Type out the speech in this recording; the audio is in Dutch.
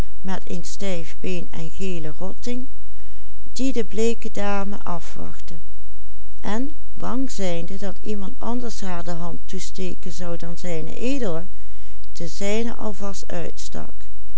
de bleeke dame afwachtte en bang zijnde dat iemand anders haar de hand toesteken zou dan zed de zijne alvast uitstak